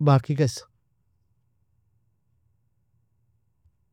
barkikes.